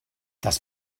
das